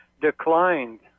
declined